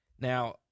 Now